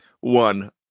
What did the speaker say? one